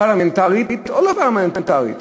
פרלמנטרית או לא פרלמנטרית.